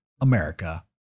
America